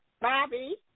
Bobby